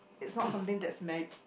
it's not something that's meas~